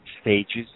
stages